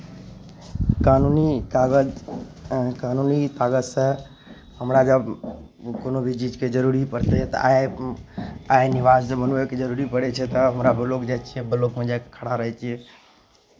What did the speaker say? कानूनी कागज कानूनी कागजसँ हमरा जब कोनो भी चीजके जरूरी पड़तै तऽ आय आय निवास जब बनबैके जरूरी पड़ै छै तब हमरा ब्लॉक जाइ छियै ब्लॉकमे जा कऽ खड़ा रहै छियै